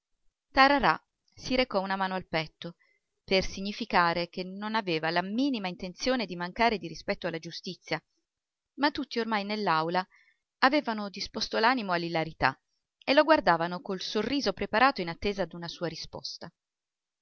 tararà si recò una mano al petto per significare che non aveva la minima intenzione di mancare di rispetto alla giustizia ma tutti ormai nell'aula avevano disposto l'animo all'ilarità e lo guardavano col sorriso preparato in attesa d'una sua risposta